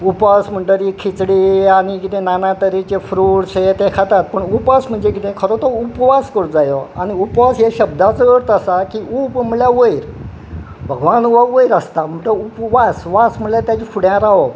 उपास म्हणटरी खिचडी आनी कितें ना ना तरेचे फ्रूट्स हे ते खातात पूण उपास म्हणजे किदें खरो तो उपवास करूं जायो आनी उपवास हे शब्दाचो अर्थ आसा की उप म्हणल्यार वयर भगवान हो वयर आसता म्हणटा उपवास वास म्हणल्यार तेज्या फुड्या रावप